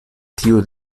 tiu